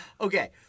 Okay